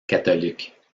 catholique